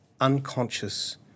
unconscious